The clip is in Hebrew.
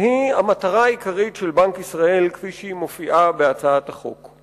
והוא המטרה העיקרית של בנק ישראל כמו שהיא מופיעה בהצעת החוק.